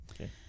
Okay